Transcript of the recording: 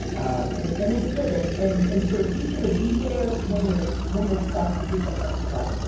and and it's good and and and for a teacher to be there when they're when they're stuck to get them unstuck,